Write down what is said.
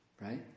Right